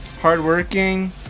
Hardworking